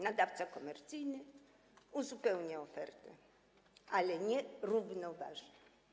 Nadawca komercyjny uzupełnia ofertę, ale nie równoważy.